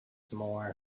more